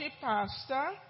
pastor